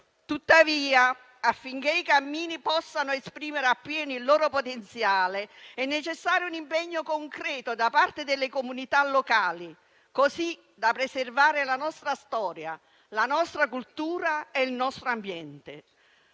Tuttavia, affinché i cammini possano esprimere appieno il loro potenziale, è necessario un impegno concreto da parte delle comunità locali, così da preservare la nostra storia, la nostra cultura e il nostro ambiente.